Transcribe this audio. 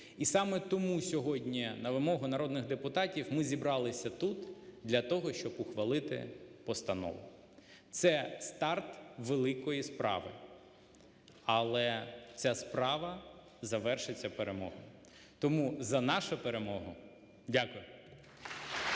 І саме тому сьогодні, на вимогу народних депутатів, ми зібралися тут для того, щоб ухвалити постанову. Це старт великої справи, але ця справа завершиться перемогою. Тому за нашу перемогу. Дякую.